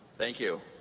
thank you.